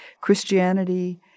Christianity